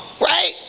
Right